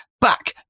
back